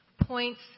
points